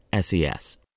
SES